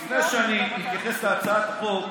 לפני שאני אתייחס להצעת החוק,